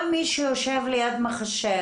שמייד בן ראובן יו"ר המטה המשותף